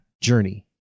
journey